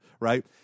right